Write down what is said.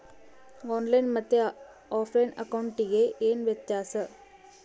On line ಮತ್ತೆ offline ಅಕೌಂಟಿಗೆ ಏನು ವ್ಯತ್ಯಾಸ?